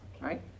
right